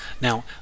now